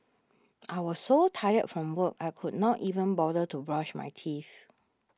I was so tired from work I could not even bother to brush my teeth